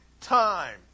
time